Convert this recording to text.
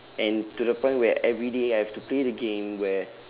and to the point where every day I have to play the game where